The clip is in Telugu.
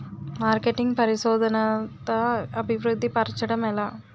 మార్కెటింగ్ పరిశోధనదా అభివృద్ధి పరచడం ఎలా